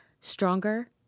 stronger